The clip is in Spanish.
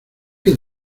que